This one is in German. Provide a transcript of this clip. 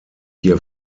hier